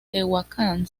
tehuacán